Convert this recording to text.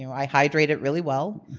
you know i hydrated really well.